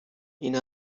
این